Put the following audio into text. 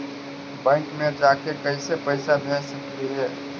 Bank मे जाके कैसे पैसा भेज सकली हे?